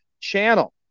channel